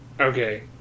Okay